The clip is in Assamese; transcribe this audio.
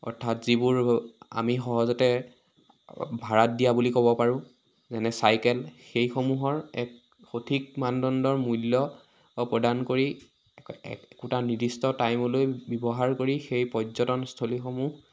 অৰ্থাৎ যিবোৰ আমি সহজতে ভাড়াত দিয়া বুলি ক'ব পাৰোঁ যেনে চাইকেল সেইসমূহৰ এক সঠিক মানদণ্ডৰ মূল্য প্ৰদান কৰি এক একোটা নিৰ্দিষ্ট টাইমলৈ ব্যৱহাৰ কৰি সেই পৰ্যটনস্থলীসমূহ